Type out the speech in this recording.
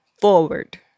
forward